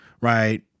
right